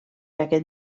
aquest